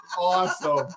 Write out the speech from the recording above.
Awesome